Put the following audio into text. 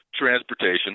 transportation